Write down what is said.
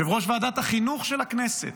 יושב-ראש ועדת החינוך של הכנסת,